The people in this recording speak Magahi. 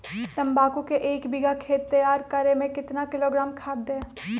तम्बाकू के एक बीघा खेत तैयार करें मे कितना किलोग्राम खाद दे?